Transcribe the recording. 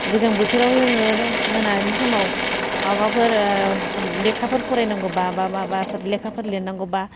गोजां बोथोराव जोङो मोनानि समाव माबाफोर लेखाफोर फरायनांगौबा बा माबाफोर लेखाफोर लिरनांगौबा